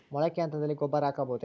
ಮೊಳಕೆ ಹಂತದಲ್ಲಿ ಗೊಬ್ಬರ ಹಾಕಬಹುದೇ?